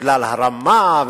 ובגלל הרמה,